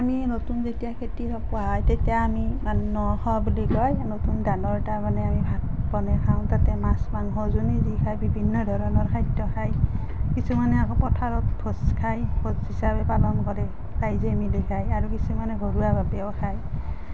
আমি নতুন যেতিয়া খেতি চপোৱা হয় তেতিয়া আমি মানে ন খোৱা বুলি কয় নতুন ধানৰ তাৰমানে আমি ভাত বনাই খাওঁ তাতে মাছ মাংস যোনে যি খায় বিভিন্ন ধৰণৰ খাদ্য খায় কিছুমানে আকৌ পথাৰত ভোজ খায় ভোজ হিচাপে পালন কৰে ৰাইজে মিলি খায় আৰু কিছুমানে ঘৰুৱাভাৱেও খায়